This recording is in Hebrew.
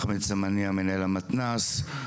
אחמד סמניה מנהל המתנ"ס,